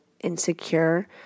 insecure